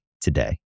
today